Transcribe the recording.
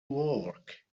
work